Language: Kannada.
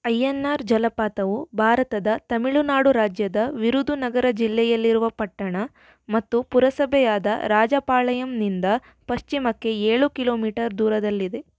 ಅಯ್ಯನಾರ್ ಜಲಪಾತವು ಭಾರತದ ತಮಿಳುನಾಡು ರಾಜ್ಯದ ವಿರುಧು ನಗರ ಜಿಲ್ಲೆಯಲ್ಲಿರುವ ಪಟ್ಟಣ ಮತ್ತು ಪುರಸಭೆಯಾದ ರಾಜಪಾಳಯಂನಿಂದ ಪಶ್ಚಿಮಕ್ಕೆ ಏಳು ಕಿಲೋಮೀಟರ್ ದೂರದಲ್ಲಿದೆ